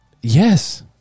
Yes